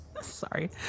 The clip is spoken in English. Sorry